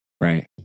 right